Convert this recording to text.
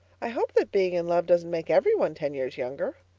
i hope that being in love doesn't make every one ten years younger.